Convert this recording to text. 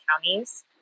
counties